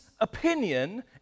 opinion